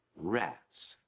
rats.